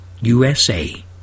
USA